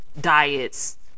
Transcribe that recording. Diets